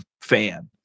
fan